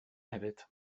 hefyd